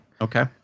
Okay